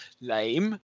lame